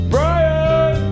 Brian